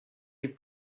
les